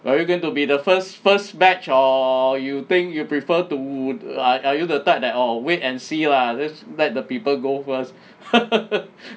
are you going to be the first first batch or you think you prefer to wo~ are are you the type that orh wait and see lah this let the people go first